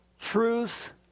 truth